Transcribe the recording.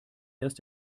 erst